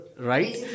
right